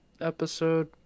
episode